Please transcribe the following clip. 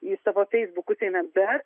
į savo feisbukus eina bet